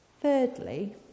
Thirdly